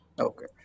Okay